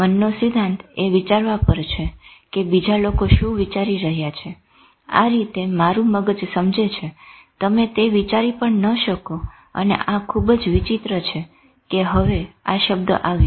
મનનો સિદ્ધાંતએ વિચારવા પર છે કે બીજા લોકો શું વિચારી રહ્યા છે આ રીતે તમારું મગજ સમજે છે તમે તે વિચારી પણ ન શકો અને આ ખુબ જ વિચિત્ર છે કે હવે આ શબ્દ આવ્યો